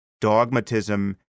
dogmatism